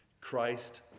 Christ